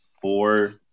four